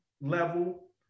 level